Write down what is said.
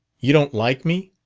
you don't like me!